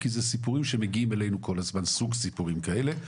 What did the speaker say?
כי אלו סוג של סיפורים כאלה,